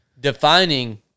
defining